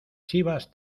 chivas